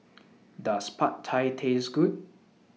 Does Pad Thai Taste Good